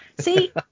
See